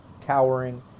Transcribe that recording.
cowering